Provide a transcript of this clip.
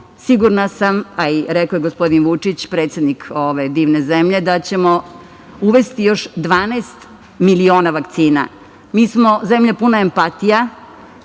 sigurna sam, a i rekao je gospodin Vučić, predsednik ove divne zemlje, da ćemo uvesti još 12 miliona vakcina. Mi smo zemlja puna empatije,